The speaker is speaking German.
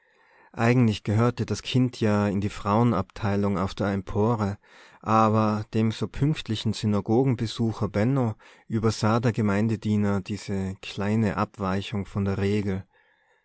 eigentlich gehörte das kind ja in die frauenabteilung auf die empore aber dem so pünktlichen synagogenbesucher benno übersah der gemeindediener diese kleine abweichung von der regel